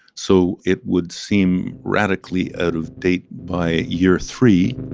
so it would seem radically out of date by year three